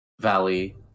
valley